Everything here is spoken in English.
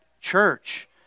church